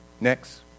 Next